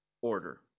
order